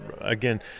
again